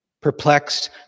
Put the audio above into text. Perplexed